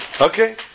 Okay